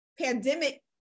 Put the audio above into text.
pandemic